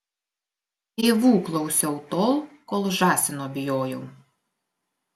tėvų klausiau tol kol žąsino bijojau